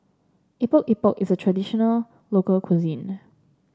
Epok Epok is a traditional local cuisine